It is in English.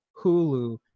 Hulu